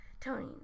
Tony